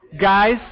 Guys